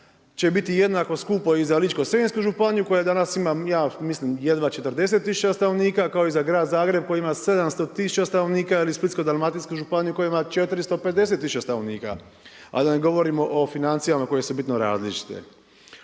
će biti jednako skupo i za Ličko-senjsku županiju, koja danas ima ja mislim, jedva 40 tisuća stanovnika, kao i za grad Zagreb koji ima 700 tisuća stanovnika ili Splitsko-dalmatinska županija koja ima 450 tisuća stanovnika. A da ne govorimo o financijama koje su bitno različite.